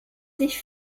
sich